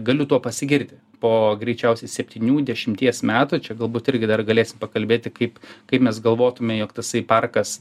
galiu tuo pasigirti po greičiausiai septynių dešimties metų čia galbūt irgi dar galėsim pakalbėti kaip kaip mes galvotume jog tasai parkas